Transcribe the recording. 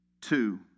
Two